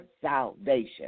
salvation